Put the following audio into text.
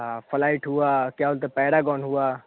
हाँ फ्लाइट हुआ क्या बोलते हैं पेरागॉन हुआ